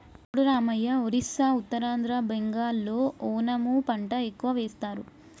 చూడు రామయ్య ఒరిస్సా ఉత్తరాంధ్ర బెంగాల్లో ఓనము పంట ఎక్కువ వేస్తారు